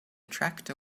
tractor